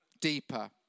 deeper